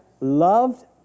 loved